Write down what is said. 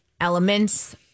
elements